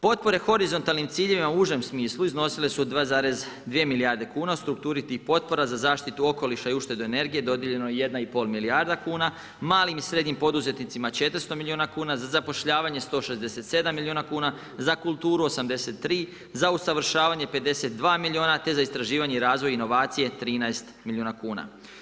Potpore horizontalnim ciljevima u užem smislu iznosile su 2,2 milijarde kuna u strukturi tih potpora za zaštitu okoliša i uštedu energije dodijeljena je 1,5 milijarda kuna, malim i srednjim poduzetnicima 400 milijuna kuna, za zapošljavanje 167 milijuna kuna, za kulturu 83, za usavršavanje 52 milijuna te za istraživanje i razvoj i inovacije 13 milijuna kuna.